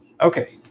Okay